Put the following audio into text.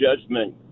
judgment